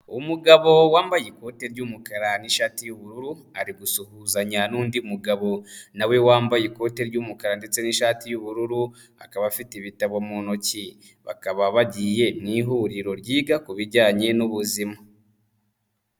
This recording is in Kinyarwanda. Umugabo wambaye ikoti ry'umukara n'ishati y'ubururu, ari gusuhuzanya n'undi mugabo na we wambaye ikoti ry'umukara ndetse n'ishati y'ubururu, akaba afite ibitabo mu ntoki, bakaba bagiye mu ihuriro ryiga ku bijyanye n'ubuzima.